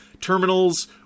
terminals